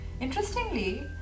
Interestingly